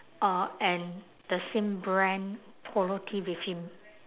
uh and the same brand polo tee with him